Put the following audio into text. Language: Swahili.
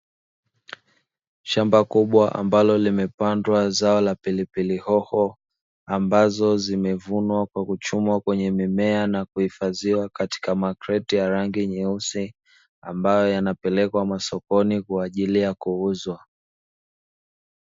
Shamba kubwa ambalo limepandwa zao la pilipili hoho, ambazo zimechumwa kutoka kwenye mimea na kuhifadhiwa katika makreti ya rangi nyeusi, ambayo yanapelekwa masokoni kwa ajili ya kuuzwa.